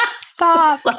Stop